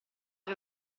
che